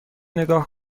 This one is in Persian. نگاه